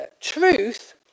truth